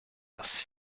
dass